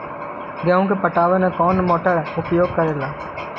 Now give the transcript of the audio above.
गेंहू के पटवन में कौन मोटर उपयोग करवय?